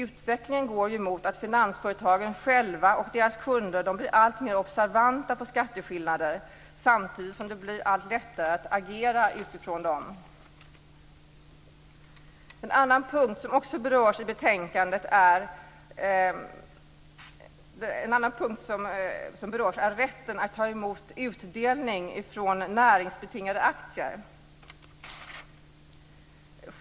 Utvecklingen går mot att finansföretagen själva och deras kunder blir alltmer observanta på skatteskillnader, samtidigt som det blir allt lättare att agera utifrån dem.